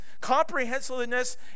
comprehensiveness